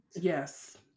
Yes